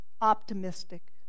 optimistic